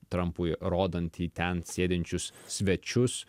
trampui rodantį ten sėdinčius svečius